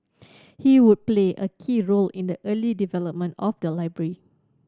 he would play a key role in the early development of the library